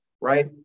right